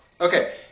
Okay